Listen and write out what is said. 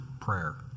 prayer